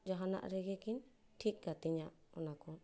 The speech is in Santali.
ᱡᱟᱦᱟᱱᱟᱜ ᱨᱮᱜᱮ ᱠᱤᱱ ᱴᱷᱤᱠ ᱠᱟᱹᱛᱤᱧᱟ ᱚᱱᱟᱠᱚ